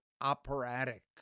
operatic